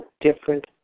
different